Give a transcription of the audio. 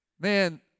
Man